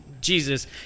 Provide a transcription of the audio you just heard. Jesus